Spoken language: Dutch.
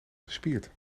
gespierd